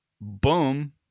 boom